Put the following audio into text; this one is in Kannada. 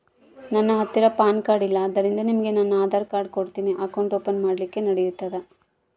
ನನ್ನ ಹತ್ತಿರ ಪಾನ್ ಕಾರ್ಡ್ ಇಲ್ಲ ಆದ್ದರಿಂದ ನಿಮಗೆ ನನ್ನ ಆಧಾರ್ ಕಾರ್ಡ್ ಕೊಡ್ತೇನಿ ಅಕೌಂಟ್ ಓಪನ್ ಮಾಡ್ಲಿಕ್ಕೆ ನಡಿತದಾ?